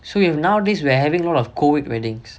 so if nowadays we're having a lot of COVID weddings